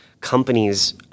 companies